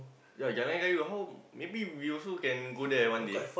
ya Jalan-Kayu how maybe we also can go there one day